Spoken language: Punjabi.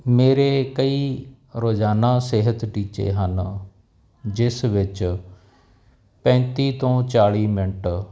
ਮੇਰੇ ਕਈ ਰੋਜ਼ਾਨਾ ਸਿਹਤ ਟੀਚੇ ਹਨ ਜਿਸ ਵਿੱਚ ਪੈਂਤੀ ਤੋਂ ਚਾਲੀ ਮਿੰਟ